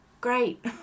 great